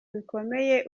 bikomeye